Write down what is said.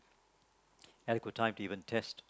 adequate time to even test